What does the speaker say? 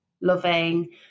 loving